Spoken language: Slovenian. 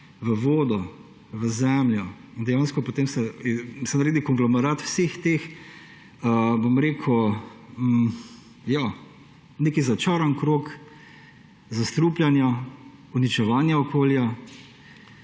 v vodo, v zemljo in dejansko potem se naredi konglomerat vseh teh, nek začaran krog zastrupljanja, uničevanja okolja.